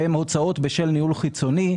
הוצאות בשל ניהול חיצוני,